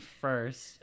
first